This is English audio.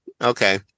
Okay